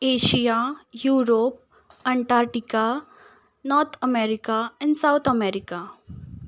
Asia Europe Antarctica north America and south America